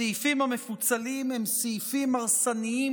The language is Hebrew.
הסעיפים המפוצלים הם סעיפים הרסניים